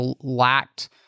lacked